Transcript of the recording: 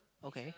okay